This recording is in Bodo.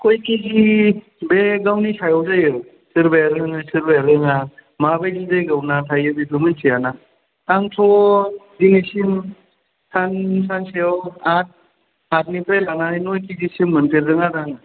कय केजि बे गावनि सायाव जायो सोरबाया रोङो सोरबाया रोङा माबादि जायगायाव ना थायो बेखौ मिथियाना आंथ' दिनैसिम सान सानसेयाव आत आतनिफ्राय लानानै नय केजिसिम मोनफेरदों आरो आङो